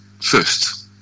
first